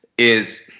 is.